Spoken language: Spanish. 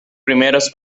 primeros